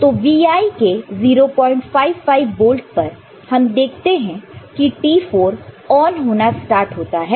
तो Vi के 055 volt पर हम देखते हैं कि T4 ऑन होना स्टार्ट होता है